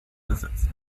besitzt